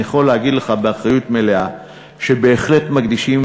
אני יכול להגיד לך באחרית מלאה שבהחלט מקדישים